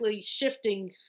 shifting